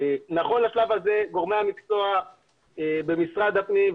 נכון לשלב הזה גורמי המקצוע במשרד הפנים,